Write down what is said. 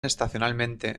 estacionalmente